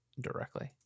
directly